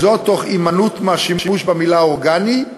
וזאת תוך הימנעות מהשימוש במילה "אורגני"